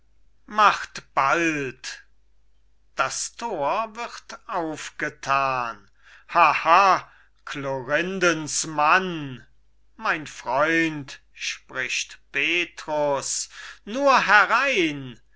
macht bald das tor wird aufgetan ha ha klorindens mann mein freund spricht petrus nur herein